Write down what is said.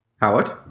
Howard